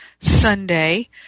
Sunday